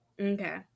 Okay